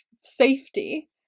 safety